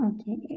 Okay